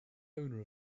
owner